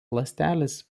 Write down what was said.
ląstelės